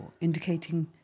indicating